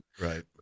Right